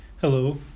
Hello